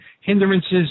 hindrances